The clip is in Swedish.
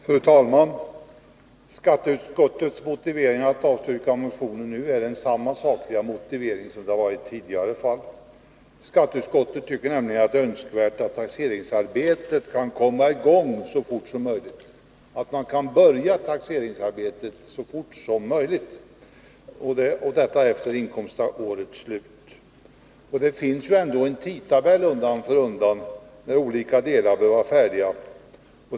Fru talman! Skatteutskottet har samma sakliga motivering som tidigare för att avstyrka denna motion. Utskottet anser nämligen att det är önskvärt att taxeringsarbetet kommer i gång så fort som möjligt efter inkomstårets slut. Det finns ändå en tidtabell enligt vilken olika delar av granskningsarbetet undan för undan skall vara färdiga.